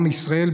עם ישראל,